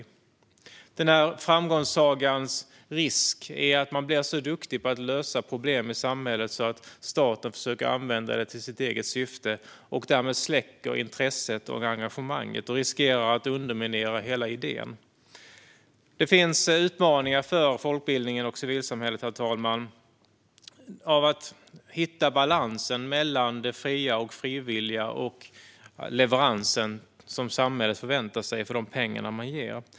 Risken med framgångssagan är att man blir så duktig på att lösa problem i samhället att staten försöker använda det för sitt eget syfte och därmed släcker intresset och engagemanget och riskerar att underminera hela idén. Det finns utmaningar för folkbildningen och civilsamhället, herr talman: att hitta balansen mellan det fria och frivilliga och den leverans samhället förväntar sig för de pengar man ger.